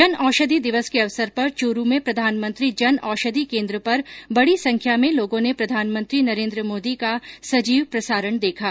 जन औषधि दिवस के अवसर पर चूरू में प्रधानमंत्री जन औषधि केन्द्र पर बड़ी संख्या में लोगों ने प्रधानमंत्री नरेन्द्र मोदी का सजीव प्रसारण देखा